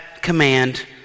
command